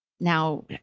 Now